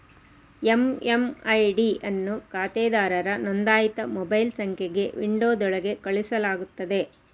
MMID ಅನ್ನು ಖಾತೆದಾರರ ನೋಂದಾಯಿತ ಮೊಬೈಲ್ ಸಂಖ್ಯೆಗೆ ವಿಂಡೋದೊಳಗೆ ಕಳುಹಿಸಲಾಗುತ್ತದೆ